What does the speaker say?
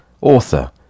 author